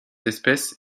espèces